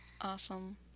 awesome